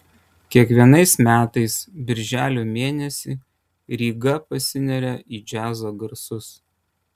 kiekvienais metais birželio mėnesį ryga pasineria į džiazo garsus